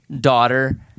daughter